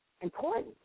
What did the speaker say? important